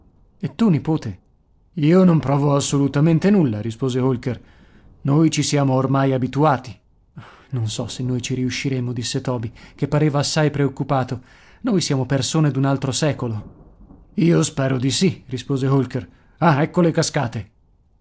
e tu nipote io non provo assolutamente nulla rispose holker noi ci siamo ormai abituati non so se noi ci riusciremo disse toby che pareva assai preoccupato noi siamo persone d'un altro secolo io spero di sì rispose holker ah ecco le cascate